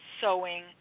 sewing